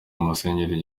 musenyeri